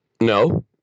No